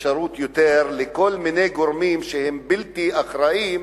אפשרות לכל מיני גורמים שהם בלתי אחראיים,